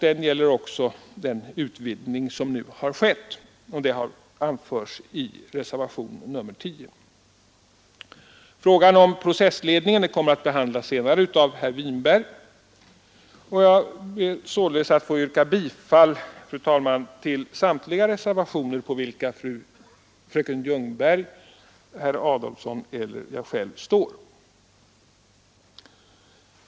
Den gäller också den utvidgning som nu sker Frågan om processledningen kommer att behandlas senare av herr Winberg. Jag ber nu, fru talman, att få yrka bifall till samtliga reservationer för vilka fröken Ljungberg, herr Adolfsson eller jag själv står.